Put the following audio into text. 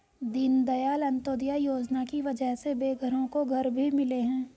दीनदयाल अंत्योदय योजना की वजह से बेघरों को घर भी मिले हैं